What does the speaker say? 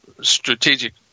strategic